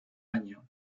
año